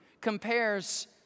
compares